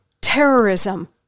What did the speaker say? terrorism